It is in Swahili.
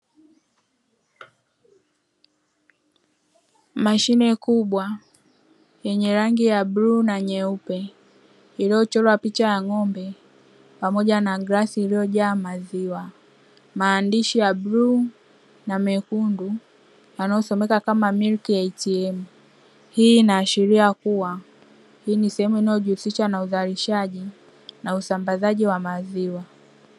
Mashine kubwa yenye rangi ya bluu na nyeupe, iliyochorwa picha ya ng'ombe pamoja na glasi iliyojaa maziwa, maandishi ya bluu na mekundu yanayosomeka kama "Milk ATM". Hii inaashiria kuwa hii ni sehemu inayojihusisha na uzalishaji na usambazaji wa maziwa.